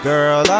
Girl